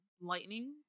Lightning